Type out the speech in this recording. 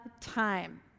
time